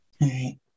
right